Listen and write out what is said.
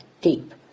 deep